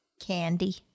Candy